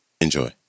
Enjoy